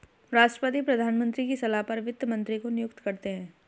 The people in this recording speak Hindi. राष्ट्रपति प्रधानमंत्री की सलाह पर वित्त मंत्री को नियुक्त करते है